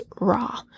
raw